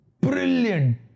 brilliant